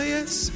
Yes